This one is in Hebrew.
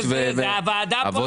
בהתאם לזה, הוועדה מחליטה.